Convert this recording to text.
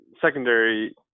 secondary